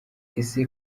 ese